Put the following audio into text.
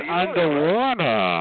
underwater